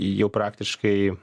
jau praktiškai